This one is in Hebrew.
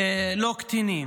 לא קטינים.